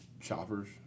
choppers